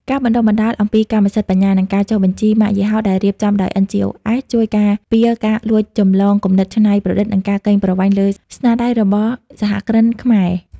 ការបណ្ដុះបណ្ដាលអំពីកម្មសិទ្ធិបញ្ញា និងការចុះបញ្ជីម៉ាកយីហោដែលរៀបចំដោយ NGOs ជួយការពារការលួចចម្លងគំនិតច្នៃប្រឌិត និងការកេងប្រវ័ញ្ចលើស្នាដៃរបស់សហគ្រិនខ្មែរ។